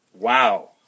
Wow